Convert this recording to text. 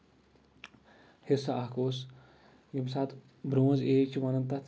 حِصہٕ اکھ اوس ییٚمہِ ساتہٕ برونٛز ایج چھِ وَنان تَتھ